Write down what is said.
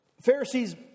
Pharisees